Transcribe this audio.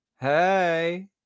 Hey